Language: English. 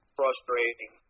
frustrating